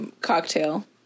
Cocktail